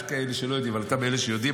יש כאלה שלא יודעים, אבל אתה מאלה שיודעים.